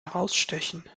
herausstechen